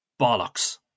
bollocks